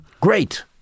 Great